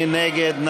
מי נגד?